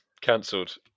Cancelled